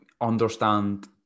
understand